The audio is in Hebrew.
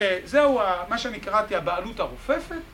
זהו מה שאני קראתי הבעלות הרופפת